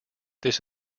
this